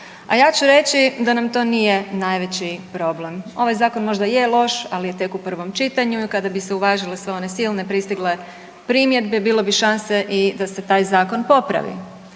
a ja ću reći da nam to nije najveći problem. Ovaj Zakon možda je loš, ali je tek u prvom čitanju i kada bi se uvažile sve one silne pristigle primjedbe bilo bi šanse i da se taj zakon popravi.